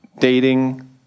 Dating